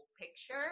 picture